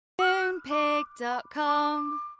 Moonpig.com